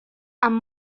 amb